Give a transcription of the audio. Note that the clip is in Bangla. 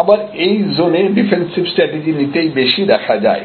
আবার এই জোনে ডিফেন্সিভ স্ট্র্যাটেজি নিতেই বেশি দেখা যায়